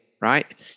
right